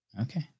Okay